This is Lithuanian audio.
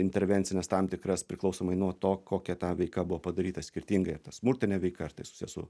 intervencines tam tikras priklausomai nuo to kokia ta veika buvo padaryta skirtingai ar ta smurtinė veika ar tai susiję su